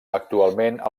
actualment